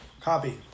Copy